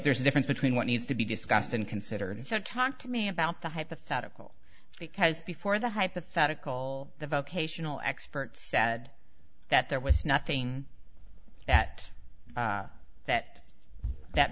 there's a difference between what needs to be discussed and considered so talk to me about the hypothetical because before the hypothetical the vocational expert said that there was nothing at that that